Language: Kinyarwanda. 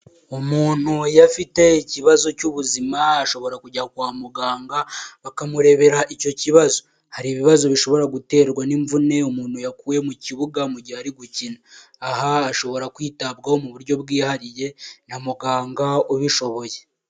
Umuntu iyo afite ikibazo cy'ubuzima ashobora kujya kwa muganga bakamurebera icyo kibazo, hari ibibazo bishobora guterwa n'imvune umuntu yakuwe mu kibuga mu gihe ari gukina, aha ashobora kwitabwaho mu buryo bwihariye na muganga ubishoboye.